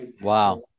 Wow